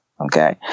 Okay